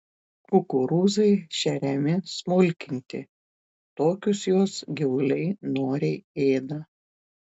kukurūzai šeriami smulkinti tokius juos gyvuliai noriai ėda